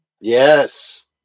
Yes